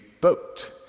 boat